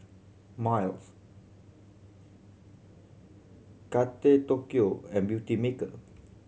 Miles Kate Tokyo and Beautymaker